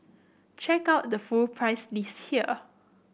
check out the full price list here